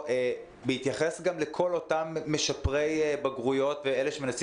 היה להתייחס גם לכל אותם משפרי בגרויות ואלה שמנסים